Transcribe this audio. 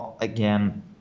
again